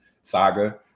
saga